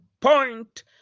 point